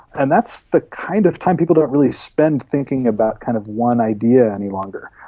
and that's the kind of time people don't really spend thinking about kind of one idea any longer.